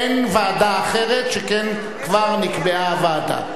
אין ועדה אחרת, שכן כבר נקבעה הוועדה.